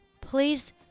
Please